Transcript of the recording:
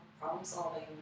problem-solving